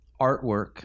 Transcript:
artwork